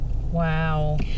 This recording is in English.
wow